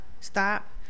stop